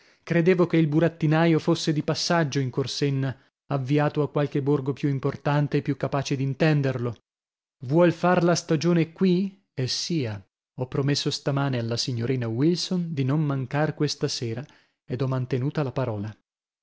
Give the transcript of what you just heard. credevo che il burattinaio fosse di passaggio in corsenna avviato a qualche borgo più importante e più capace d'intenderlo vuol far la stagione qui e sia ho promesso stamane alla signorina wilson di non mancar questa sera ed ho mantenuta la parola